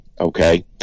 okay